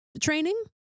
training